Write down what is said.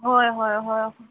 হয় হয় হয়